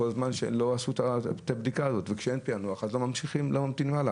כשאין פענוח, אז לא ממשיכים הלאה.